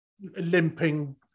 limping